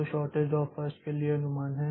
तो shortest job first के लिए अनुमान है